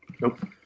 Nope